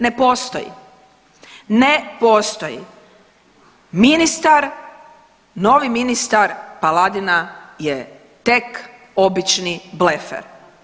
Ne postoji, ne postoji, ministar, novi ministar Paladina je tek obični blefer.